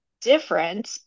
different